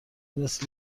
مثل